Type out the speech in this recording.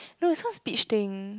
no it's not speech thing